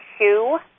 Shoe